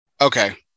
okay